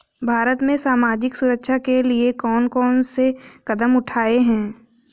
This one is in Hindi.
भारत में सामाजिक सुरक्षा के लिए कौन कौन से कदम उठाये हैं?